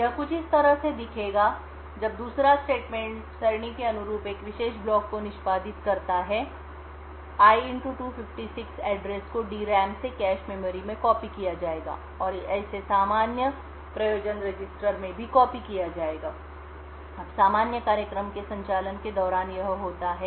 तो यह कुछ इस तरह दिखाई देगा जब दूसरा स्टेटमेंट सरणी के अनुरूप एक विशेष ब्लॉक को निष्पादित करता है i 256 को DRAM से कैश मेमोरी में कॉपी किया जाएगा और इसे इसी सामान्य प्रयोजन रजिस्टर में भी कॉपी किया जाएगा अब सामान्य कार्यक्रम के संचालन के दौरान यह होता है